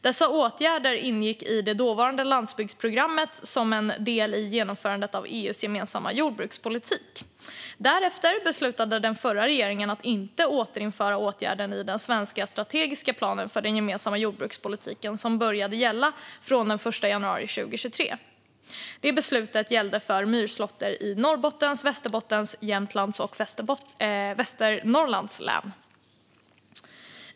Denna åtgärd ingick i det dåvarande landsbygdsprogrammet som en del i genomförandet av EU:s gemensamma jordbrukspolitik. Därefter beslutade den förra regeringen att inte återinföra åtgärden i den svenska strategiska planen för den gemensamma jordbrukspolitiken, som började gälla från den 1 januari 2023. Beslutet gällde för myrslåtter i Norrbottens, Västerbottens, Jämtlands och Västernorrlands län.